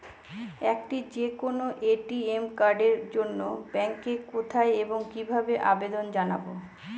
একটি যে কোনো এ.টি.এম কার্ডের জন্য ব্যাংকে কোথায় এবং কিভাবে আবেদন জানাব?